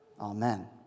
Amen